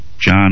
John